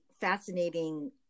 fascinating